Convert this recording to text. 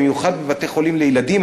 במיוחד בבתי-חולים לילדים,